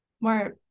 more